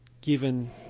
given